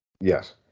Yes